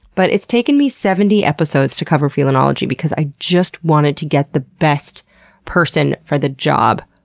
but it's taken me seventy episodes to cover felinology because i just wanted to get the best person for the job.